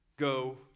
go